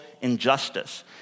injustice